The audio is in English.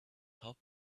top